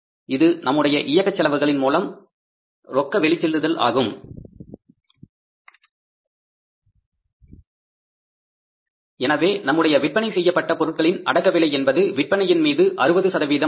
இது நம்முடைய இயக்கச் செலவுகளின் மூலம் ரொக்க வெளிசெல்லுதல் ஆகும் எனவே நம்முடைய விற்பனை செய்யப்பட்ட பொருட்களின் அடக்க விலை என்பது விற்பனையின் மீது 60 ஆகும்